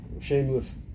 shameless